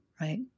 right